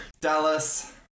dallas